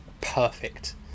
perfect